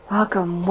Welcome